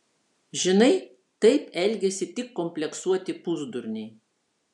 žinai taip elgiasi tik kompleksuoti pusdurniai